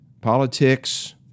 politics